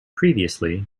previously